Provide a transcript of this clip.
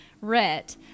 Rhett